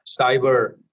cyber